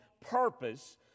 purpose